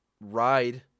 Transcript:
ride